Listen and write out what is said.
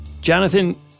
Jonathan